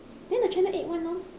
there the channel eight one lor